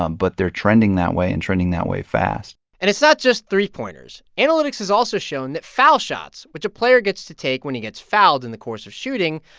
um but they're trending that way and trending that way fast and it's not just three pointers. analytics has also shown that foul shots, which a player gets to take when he gets fouled in the course of shooting,